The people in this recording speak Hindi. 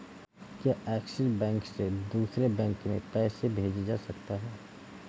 क्या ऐक्सिस बैंक से दूसरे बैंक में पैसे भेजे जा सकता हैं?